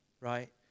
right